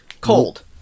cold